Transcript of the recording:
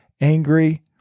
angry